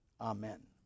amen